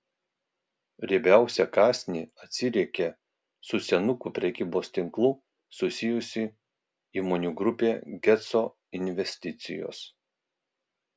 riebiausią kąsnį atsiriekė su senukų prekybos tinklu susijusi įmonių grupė geco investicijos